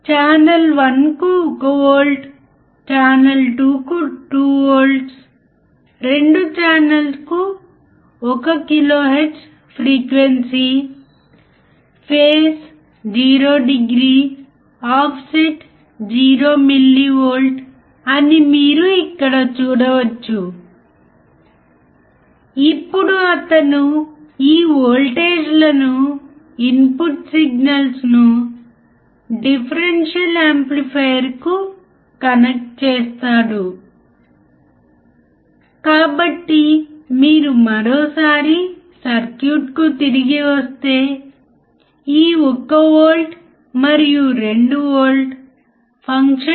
ఎందుకంటే ఇప్పుడు output peak to peak 15 వోల్ట్ల చుట్టూ ఉంది ఇది మన బయాస్ వోల్టేజీకి చాలా దగ్గరగా ఉంది అకస్మాత్తుగా మనము క్లిప్పింగ్ చూస్తాము అంటే ఈ రకమైన ప్రయోగాల నుండి ఇన్పుట్ వోల్టేజ్ పరిధి అంటే ఏమిటి అవుట్పుట్ వోల్టేజ్ పరిధి ఏమిటో సులభం గా పొందవచ్చు కాబట్టి ఇది చాలా సులభమైన ప్రయోగం మరియు మీరు ఈ ప్రయోగాన్ని 5 నిమిషాల్లో చేయవచ్చు